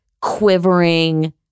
quivering